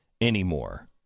anymore